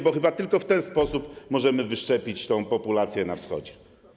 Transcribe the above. Bo chyba tylko w ten sposób możemy wyszczepić tę populację na wschodzie.